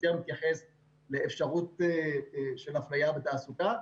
יותר מתייחס לאפשרות של אפליה בתעסוקה.